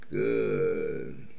good